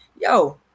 yo